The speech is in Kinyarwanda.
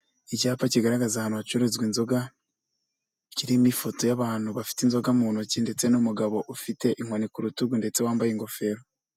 Icyapa kigaragaza ahantu hacururizwa inzoga, kirimo ifoto y'abantu bafite inzoga mu ntoki ndetse n'umugabo ufite inkoni ku rutugu ndetse wambaye ingofero.